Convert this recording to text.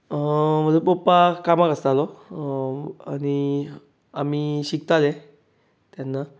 म्हजो पप्पा कामाक आसतालो आनी आमी शिकताले तेन्ना